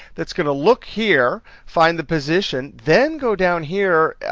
that's going to look here, find the position, then go down here,